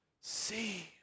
See